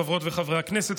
חברות וחברי הכנסת,